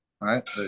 right